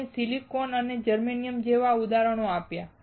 અમે સિલિકોન અને જર્મનિયમ જેવા ઉદાહરણો આપ્યા